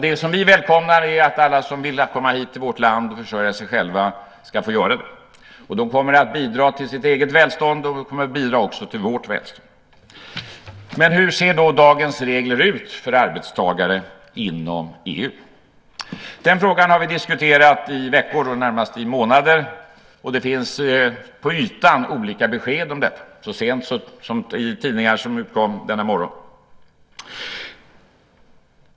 Det som vi välkomnar är att alla som vill komma hit till vårt land och försörja sig själva ska få göra det. De kommer att bidra till sitt eget välstånd, och de kommer att bidra också till vårt välstånd. Men hur ser då dagens regler ut för arbetstagare inom EU? Den frågan har vi diskuterat i veckor och närmast i månader. Det finns på ytan olika besked om detta, så sent som i tidningar som utkom denna morgon.